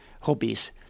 hobbies